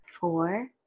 four